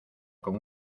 con